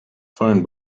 phone